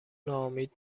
ناامید